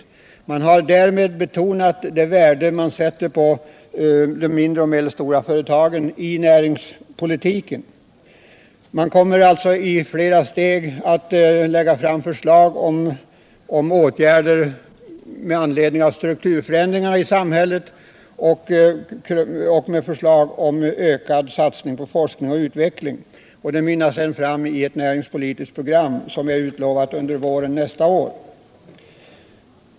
Regeringen har därmed understrukit det värde samhället sätter på de mindre och medelstora företagen i näringspolitiken. Regeringen kommer alltså att i flera steg lägga fram förslag om åtgärder med anledning av strukturförändringar i samhället och förslag om ökad satsning på forskning och utveckling. Dessa förslag mynnar sedan ut i ett näringspolitiskt program som är utlovat till våren nästa år.